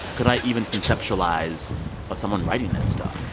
could i even conceptualize someone writing that stuff?